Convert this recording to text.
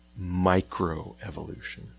microevolution